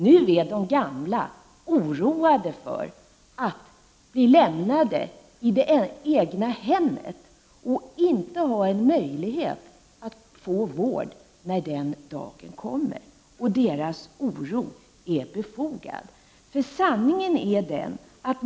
I dag är de gamla oroade för att bli lämnade i det egna hemmet och inte ha någon möjlighet att få vård när den dagen kommer. Deras oro är befogad.